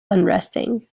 unresting